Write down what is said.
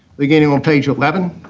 beginning on page eleven,